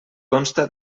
consta